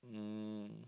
um